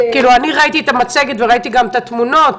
ראיתי את המצגת וראיתי גם את התמונות